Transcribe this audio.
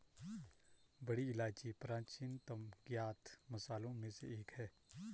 बड़ी इलायची प्राचीनतम ज्ञात मसालों में से एक है